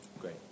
Great